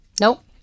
Nope